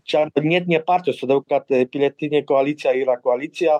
čia net ne partijos todėl kad pilietinė koalicija yra koalicija